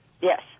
Yes